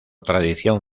tradición